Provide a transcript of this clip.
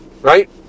Right